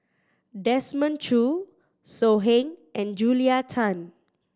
Desmond Choo So Heng and Julia Tan